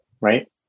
Right